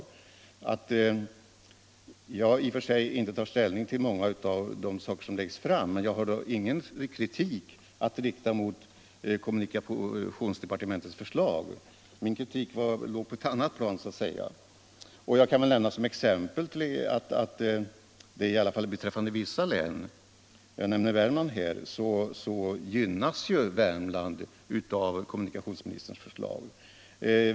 Jag tar i och för sig inte ställning till många av de saker som föreslås, men jag har då ingen kritik att rikta mot kommunikationsdepartementets förslag. Min kritik ligger så att säga på ett annat plan. I varje fall vissa län — jag kan ta Värmland som exempel —- gynnas av kommunikationsministerns förslag.